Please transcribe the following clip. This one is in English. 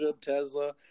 Tesla